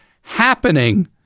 happening